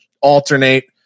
alternate